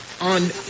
on